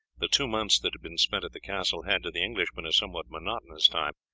the two months that had been spent at the castle had, to the english, been a somewhat monotonous time,